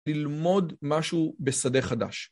ללמוד משהו בשדה חדש.